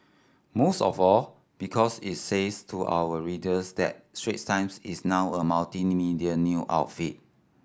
most of all because it says to our readers that Swiss Times is now a multimedia new outfit